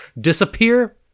disappear